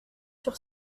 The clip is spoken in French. sur